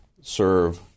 serve